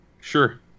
Sure